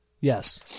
Yes